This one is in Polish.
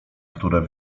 które